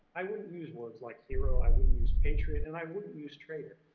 i wouldn't use words like hero. i wouldn't use patriot, and i wouldn't use traitor.